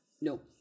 No